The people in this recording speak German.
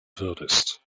würdest